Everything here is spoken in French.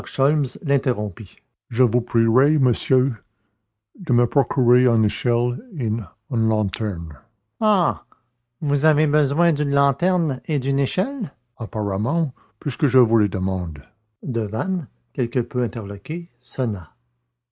l'interrompit je vous prierai monsieur de me procurer une échelle et une lanterne ah vous avez besoin d'une lanterne et d'une échelle apparemment puisque je vous les demande devanne quelque peu interloqué